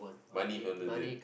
money down the drain